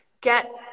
get